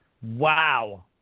Wow